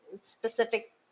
specific